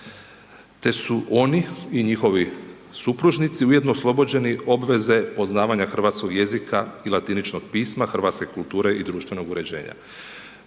te su oni i njihovi supružnici ujedno oslobođeni obveze poznavanja hrvatskog jezika i latiničkog pisma, hrvatske kulture i društvenog uređenja.